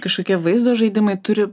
kažkokie vaizdo žaidimai turi